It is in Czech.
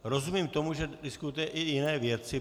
Rozumím tomu, že diskutujete i jiné věci.